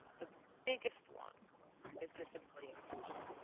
the biggest one is disability inclusion.